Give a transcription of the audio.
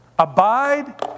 abide